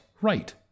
right